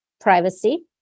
privacy